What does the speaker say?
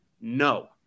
No